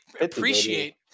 appreciate